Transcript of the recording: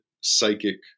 psychic